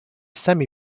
semi